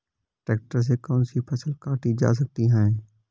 Tractor से कौन सी फसल काटी जा सकती हैं?